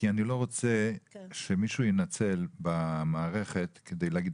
כי אני לא רוצה שמישהו ינצל במערכת כדי להגיד,